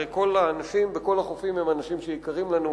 הרי כל האנשים בכל החופים הם אנשים שיקרים לנו,